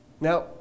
Now